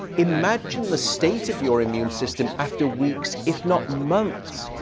imagine the state of your immune system after weeks, if not months,